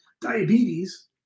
diabetes